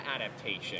adaptation